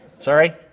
sorry